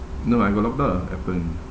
no I got logged out on appen